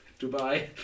Dubai